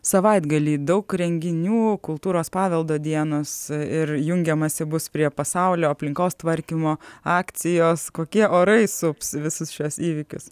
savaitgalį daug renginių kultūros paveldo dienos ir jungiamasi bus prie pasaulio aplinkos tvarkymo akcijos kokie orai sups visus šiuos įvykius